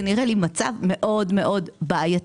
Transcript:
זה נראה לי מצב מאוד מאוד בעייתי.